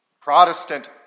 Protestant